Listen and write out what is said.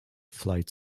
flight